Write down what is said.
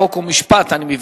חוק ומשפט נתקבלה.